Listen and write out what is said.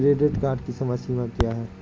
Credit card की समय सीमा क्या है?